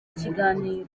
ikiganiro